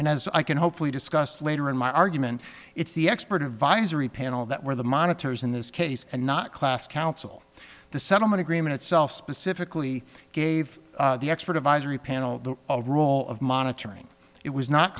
and as i can hopefully discussed later in my argument it's the expert advisory panel that were the monitors in this case and not class counsel the settlement agreement itself specifically gave the expert advisory panel a rule of monitoring it was not